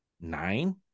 nine